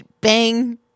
bang